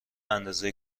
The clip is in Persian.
اندازه